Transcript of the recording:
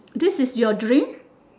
this is your dream